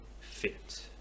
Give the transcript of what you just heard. fit